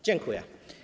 Dziękuję.